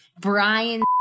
Brian